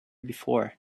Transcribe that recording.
before